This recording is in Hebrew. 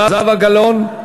זהבה גלאון,